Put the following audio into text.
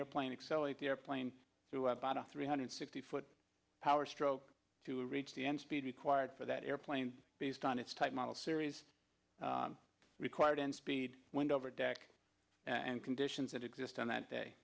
airplane accelerate the airplane to about a three hundred sixty foot power stroke to reach the end speed required for that airplane based on its type model series required in speed wind over deck and conditions that exist on that day